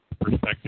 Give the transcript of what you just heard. perspective